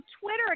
Twitter